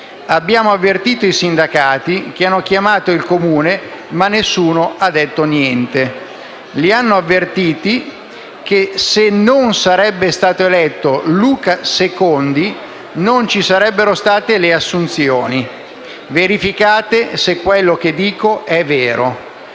Abbiamo avvertito i sindacati che hanno chiamato il Comune, ma nessuno ha detto niente. Li hanno avvertiti che se non fosse stato eletto Luca Secondi, non ci sarebbero state le assunzioni. Verificate se quello che dico è vero;